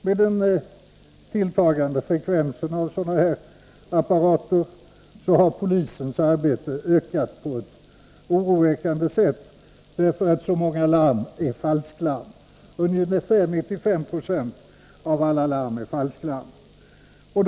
På grund av det ökade användandet av sådana här apparater har polisens arbete svällt ut på ett oroväckande sätt, eftersom så många larm är falsklarm. Ungefär 95 Yo av alla larm är nämligen falsklarm.